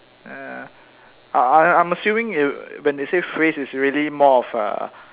uh I I'm assuming when they say phrase it's really more of a